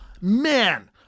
man